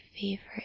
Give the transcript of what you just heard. favorite